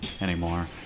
anymore